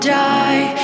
die